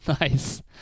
Nice